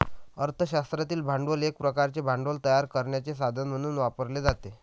अर्थ शास्त्रातील भांडवल एक प्रकारचे भांडवल तयार करण्याचे साधन म्हणून वापरले जाते